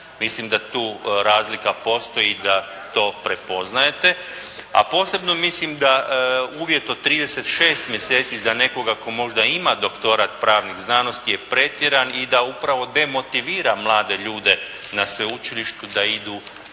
Mislim da tu razlika postoji i da to prepoznajete. A posebno mislim da uvjet od 36 mjeseci za nekoga tko možda ima doktorat pravnih znanosti je pretjeran i da upravo demotivira mlade ljude na sveučilištu da idu na